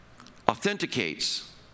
authenticates